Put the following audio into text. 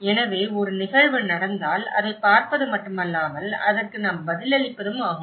எனவே ஒரு நிகழ்வு நடந்தால் அதைப் பார்ப்பது மட்டுமல்லாமல் அதற்கு நாம் பதிலளிப்பதும் ஆகும்